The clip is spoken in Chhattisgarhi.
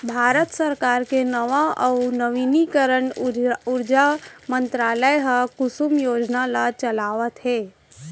भारत सरकार के नवा अउ नवीनीकरन उरजा मंतरालय ह कुसुम योजना ल चलावत हे